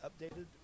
updated